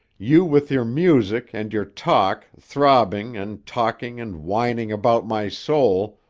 you with your music and your talk throbbing and talking and whining about my soul,